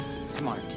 smart